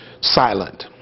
silent